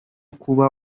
kuba